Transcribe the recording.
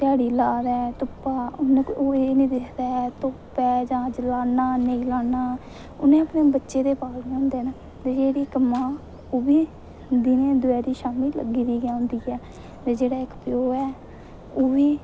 दिहाड़ी लादा धुप्पा ओह् एह् निं दिखदा ऐ धुप्पा अज्ज लाना जां नेईं लाना आं ते उन्नै अपने बच्चे पालने होंदे न ते जेह्ड़ी मां ते ओह्बी दिनें दपैह्रीं शामीं लग्गी दी गै होंदी ऐ ते जेह्ड़ा इक्क प्यो ऐ ओह्बी